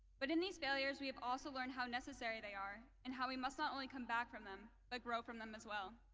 but in these failures, we have also learned how necessary they are and how we must not only come back from them, but grow from them as well.